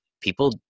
people